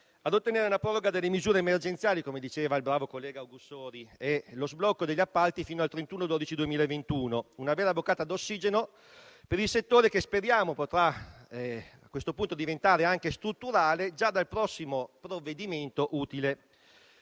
a ottenere una proroga delle misure emergenziali - come diceva il bravo collega Augussori - e lo sblocco degli appalti fino al 31 dicembre 2021: una vera boccata d'ossigeno per il settore, che speriamo potrà a questo punto diventare strutturale, già dal prossimo provvedimento utile.